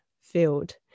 Field